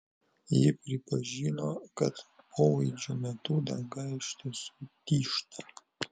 ji pripažino kad polaidžio metu danga iš tiesų tyžta